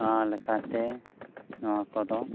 ᱚᱱᱟ ᱞᱮᱠᱟᱛᱮ ᱱᱚᱣᱟ ᱠᱚᱫᱚ